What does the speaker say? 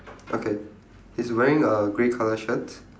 okay he's wearing a grey colour shirt